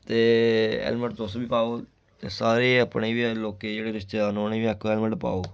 ते हेलमेट तुस बी पाओ ते सारे अपने बी लोकें जेह्ड़े रिश्तेदार न उनें बी आक्खो हेलमेट पाओ